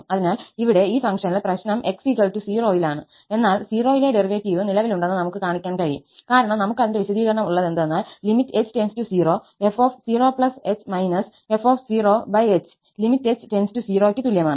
അതിനാൽ ഇവിടെ ഈ ഫംഗ്ഷനിൽ പ്രശ്നം x 0 ൽ ആണ് എന്നാൽ 0 ലെ ഡെറിവേറ്റീവും നിലവിലുണ്ടെന്ന് നമുക്ക് കാണിക്കാൻ കഴിയും കാരണം നമുക്ക് അതിന്റെ വിശദീകരണം ഉള്ളത് എന്തെന്നാൽ h0 f0h fh limit h → 0 ക്ക് തുല്യമാണ്